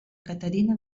caterina